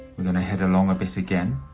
we're gonna head along it again,